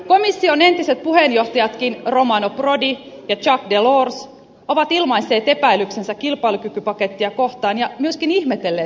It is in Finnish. komission entiset puheenjohtajatkin romano prodi ja jacques delors ovat ilmaisseet epäilyksensä kilpailukykypakettia kohtaan ja myöskin ihmetelleet sen tarkoituksenmukaisuutta